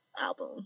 album